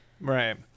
Right